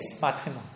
maximum